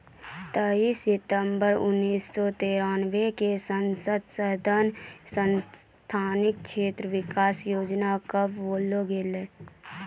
तेइस दिसम्बर उन्नीस सौ तिरानवे क संसद सदस्य स्थानीय क्षेत्र विकास योजना कअ बनैलो गेलैय